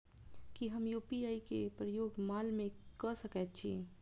की हम यु.पी.आई केँ प्रयोग माल मै कऽ सकैत छी?